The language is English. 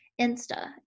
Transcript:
Insta